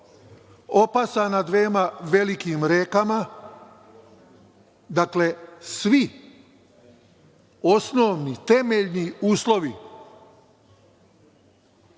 opasana dvema velikim rekama. Dakle, svi osnovni temeljni uslovi